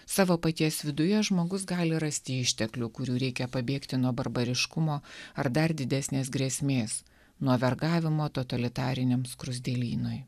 savo paties viduje žmogus gali rasti išteklių kurių reikia pabėgti nuo barbariškumo ar dar didesnės grėsmės nuo vergavimo totalitariniam skruzdėlynui